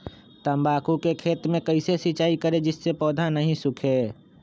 तम्बाकू के खेत मे कैसे सिंचाई करें जिस से पौधा नहीं सूखे?